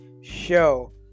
show